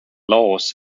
laws